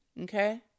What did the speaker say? okay